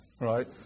right